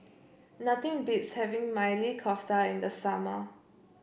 nothing beats having Maili Kofta in the summer